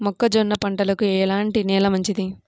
మొక్క జొన్న పంటకు ఎలాంటి నేల మంచిది?